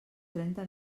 trenta